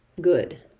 good